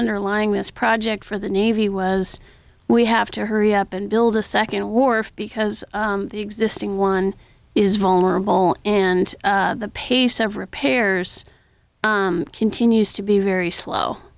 underlying this project for the navy was we have to hurry up and build a second war because the existing one is vulnerable and the pace of repairs continues to be very slow